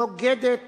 נוגדת